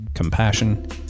compassion